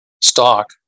stock